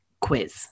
quiz